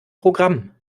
programm